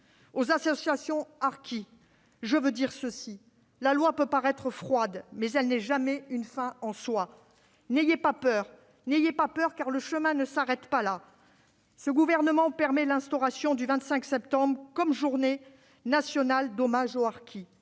Aux associations de harkis, je veux dire que la loi peut paraître froide, mais qu'elle n'est jamais une fin en soi. N'ayez pas peur, car le chemin ne s'arrête pas là. Ce gouvernement instaure, le 25 septembre, la journée nationale d'hommage aux harkis.